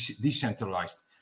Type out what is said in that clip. decentralized